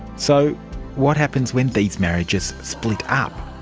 so what happens when these marriages split up?